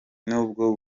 nubwo